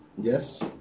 Yes